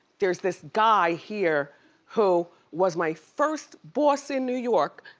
there's this guy here who was my first boss in new york,